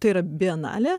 tai yra bienalė